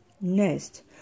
Next